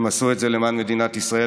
הם עשו את זה למען מדינת ישראל,